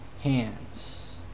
hands